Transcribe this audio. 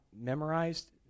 memorized